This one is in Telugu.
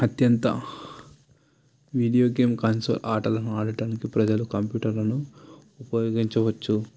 అత్యంత వీడియో గేమ్ కన్సో ఆటలు ఆడటానికి ప్రజలు కంప్యూటర్లను ఉపయోగించవచ్చు